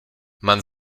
man